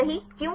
सही क्यों